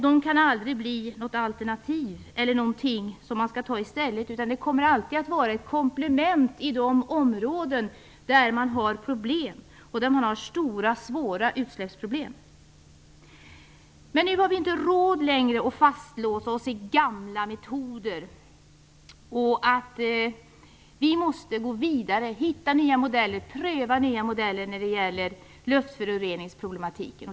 De kan aldrig helt bli ett alternativ utan kommer alltid att vara ett komplement i de områden där man har svåra utsläppsproblem. Men nu har vi inte längre råd att låsa oss fast vid gamla metoder. Vi måste gå vidare för att hitta och pröva nya modeller när det gäller luftföroreningsproblematiken.